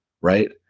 right